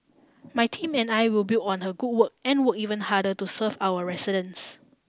my team and I will build on her good work and work even harder to serve our residents